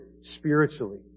spiritually